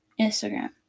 Instagram